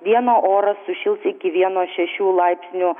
dieną oras sušils iki vieno šešių laipsnių